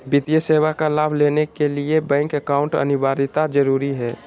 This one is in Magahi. वित्तीय सेवा का लाभ लेने के लिए बैंक अकाउंट अनिवार्यता जरूरी है?